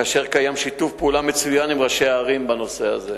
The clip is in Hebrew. וקיים שיתוף פעולה מצוין עם ראשי הערים בנושא הזה.